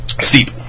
Steep